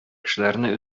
кешеләрне